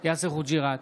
יאסר חוג'יראת,